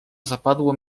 zapadło